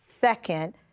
second